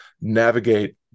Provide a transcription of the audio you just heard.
navigate